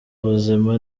ubuzima